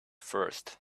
first